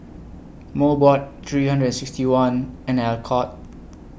Mobot three hundred and sixty one and Alcott